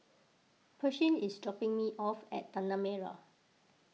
Pershing is dropping me off at Tanah Merah